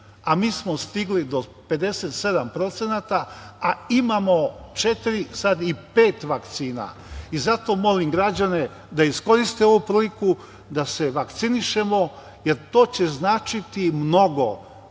a mi smo stigli do 57%, a imao četiri, sad i pet vakcina, i zato molim građane da iskoriste ovu priliku da se vakcinišemo, jer to će značiti mnogo. Sve